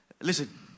Listen